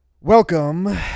Welcome